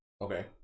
Okay